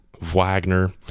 Wagner